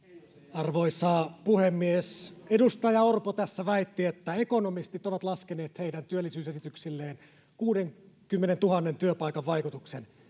arvoisa puhemies edustaja orpo tässä väitti että ekonomistit ovat laskeneet heidän työllisyysesityksilleen kuudenkymmenentuhannen työpaikan vaikutuksen